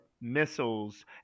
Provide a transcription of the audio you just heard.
missiles